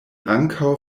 ankaŭ